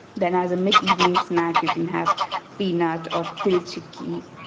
then as a mid evening snack you can have peanut or til chikki.